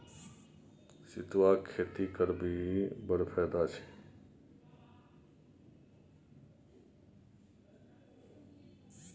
सितुआक खेती करभी बड़ फायदा छै